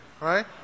right